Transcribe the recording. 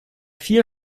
vier